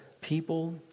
people